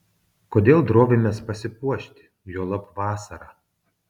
kodėl drovimės pasipuošti juolab vasarą